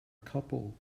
couple